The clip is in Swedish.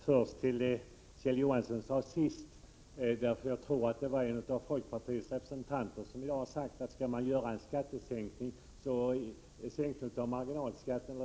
Herr talman! Jag skall först kommentera det Kjell Johansson sade sist. En representant för folkpartiet sade tidigare här i dag att sänker man marginalskatten,